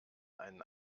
einen